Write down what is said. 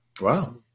Wow